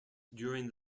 during